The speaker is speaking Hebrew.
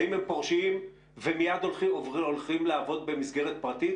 האם הם פורשים ומייד הולכים לעבוד במסגרת פרטית?